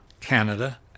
Canada